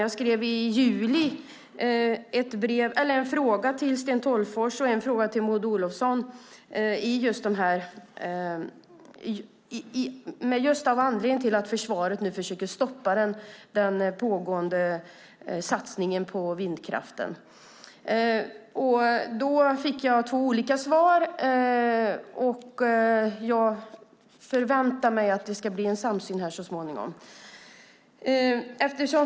Jag skrev i juli en fråga till Sten Tolgfors och en fråga till Maud Olofsson just med anledning av att försvaret försöker stoppa den pågående satsningen på vindkraft. Då fick jag två olika svar. Jag förväntar mig att det så småningom ska bli en samsyn.